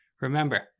Remember